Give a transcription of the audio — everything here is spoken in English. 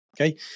Okay